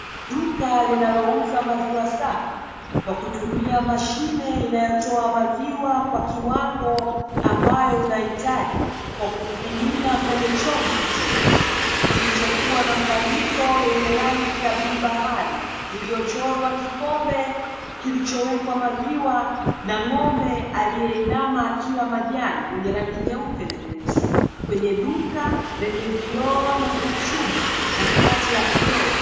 Duka linalouza maziwa safi kwa kutumia mashine inayotoa maziwa kwa kiwango ambayo unahitaji, kwa kumimina kwenye chombo ulichonacho, kilichokuwa na mbandiko yenye rangi ya bluu bahari iliyochorwa kikombe kilichowekwa maziwa, na ng'ombe aliyeinama akila majani, mwenye rangi nyeupe na nyeusi. Kwenye duka lenye vioo na vichuma, na kabati la kioo.